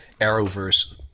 Arrowverse